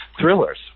thrillers